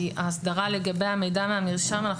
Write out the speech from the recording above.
כי את ההסדרה לגבי המידע מהמרשם אנחנו